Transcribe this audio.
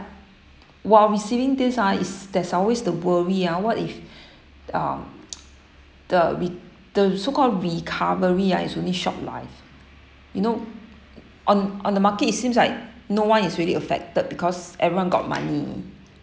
while receiving these ah is there's always the worry ah what if um the re~ the so-called recovery ah is only short life you know on on the market it seems like no one is really affected because everyone got money